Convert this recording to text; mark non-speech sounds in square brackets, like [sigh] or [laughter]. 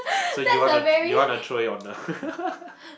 so you want to you want to throw it on the [laughs]